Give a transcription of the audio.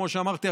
כמו שאמרתי,